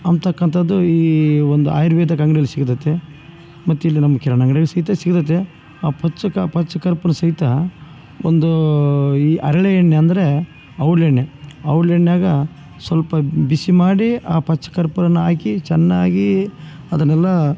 ಅಂತಕಂಥದ್ದು ಈ ಒಂದು ಆಯುರ್ವೇದದಂಗ್ಡಿಯಲ್ಲಿ ಸಿಗದೈತ್ತಿ ಮತ್ತು ಇಲ್ಲಿ ನಮ್ಮ ಕಿರಣಿ ಅಂಗ್ಡ್ಯಾಂಗ ಸಿಗುತ್ತೆ ಸಿಗತೈತೆ ಆ ಪಚ್ಚಕ ಪಚ್ಚ ಕರ್ಪುರ ಸಹಿತ ಒಂದು ಈ ಹರಳೆ ಎಣ್ಣೆ ಅಂದರೆ ಅವ್ಳು ಎಣ್ಣೆ ಅವ್ಳೆಣ್ಯಾಗ ಸ್ವಲ್ಪ ಬಿಸಿ ಮಾಡಿ ಆ ಪಚ್ಚ ಕರ್ಪೂರವನ್ನು ಹಾಕಿ ಚೆನ್ನಾಗಿ ಅದನ್ನೆಲ್ಲ